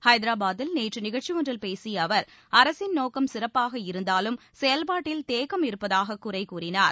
ஹைதராபாதில் நேற்று நிகழ்ச்சி ஒன்றில் பேசிய அவர் அரசின் நோக்கம் சிறப்பாக இருந்தாலும் செயல்பாட்டில் தேக்கம் இருப்பதாகக் குறை கூறினார்